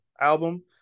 album